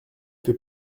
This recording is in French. peut